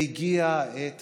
והגיעה העת